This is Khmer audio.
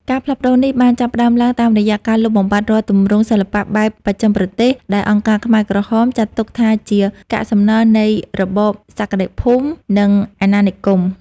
ការផ្លាស់ប្តូរនេះបានចាប់ផ្តើមឡើងតាមរយៈការលុបបំបាត់រាល់ទម្រង់សិល្បៈបែបបស្ចិមប្រទេស ដែលអង្គការខ្មែរក្រហមចាត់ទុកថាជាកាកសំណល់នៃរបបសក្តិភូមិ និងអាណានិគម។